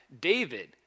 David